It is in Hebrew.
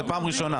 זאת פעם ראשונה.